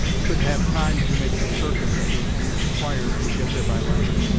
could have time to make the circuit that would be required to get there by land.